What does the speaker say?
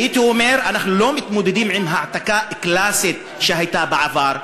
הייתי אומר שאנחנו לא מתמודדים עם העתקה קלאסית שהייתה בעבר.